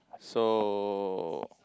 so